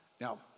Now